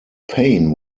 payne